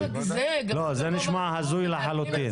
זה נשמע הזוי לחלוטין.